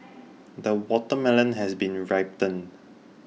the watermelon has been ripened